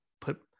put